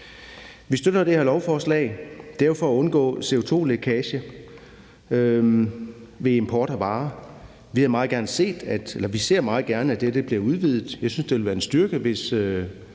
Vi støtter det her lovforslag for at undgå CO2-lækage ved import af varer. Vi ser meget gerne, at dette bliver udvidet. Jeg synes, det ville være en styrke, hvis